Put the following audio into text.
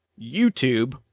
YouTube